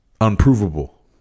unprovable